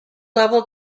level